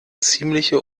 ziemliche